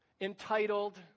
entitled